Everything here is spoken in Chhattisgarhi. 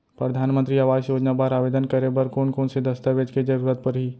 परधानमंतरी आवास योजना बर आवेदन करे बर कोन कोन से दस्तावेज के जरूरत परही?